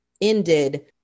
ended